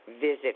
visit